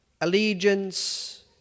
allegiance